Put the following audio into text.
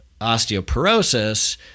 osteoporosis